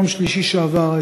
מיום שלישי שעבר,